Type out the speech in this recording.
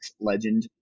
legend